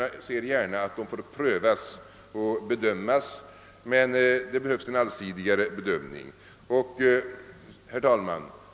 Jag ser gärna att de får prövas och bedömas, men det behövs en allsidigare bedömning. Herr talman!